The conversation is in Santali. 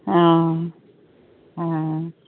ᱚ ᱦᱮᱸ ᱦᱮᱸ